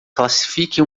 classifique